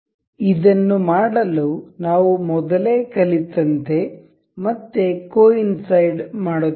ಇದನ್ನು ಮಾಡಲು ನಾವು ಮೊದಲೇ ಕಲಿತಂತೆ ಮತ್ತೆ ಕೋ ಇನ್ಸೈಡ್ ಮಾಡುತ್ತೇವೆ